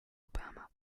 obama